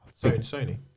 Sony